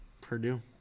Purdue